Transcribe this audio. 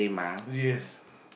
yes